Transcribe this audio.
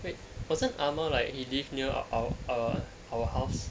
wait wasn't amma like he live near our our uh our house